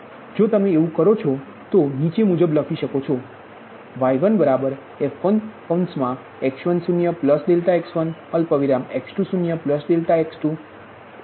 તેથી જો તમે આવું કરો છો તો તમે નીચે મુજબ લખી શકો છો y1f1x10∆x1x20∆x2 xn0∆xn